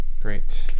Great